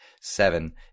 seven